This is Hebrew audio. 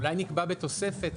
אולי נקבע בתוספת?